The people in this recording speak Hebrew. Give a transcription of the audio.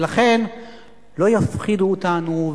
ולכן לא יפחידו אותנו.